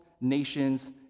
nations